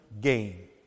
gain